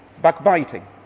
backbiting